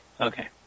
Okay